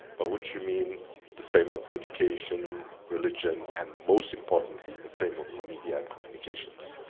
but which you mean the framework for education, religion, and most importantly, the framework for media and communications.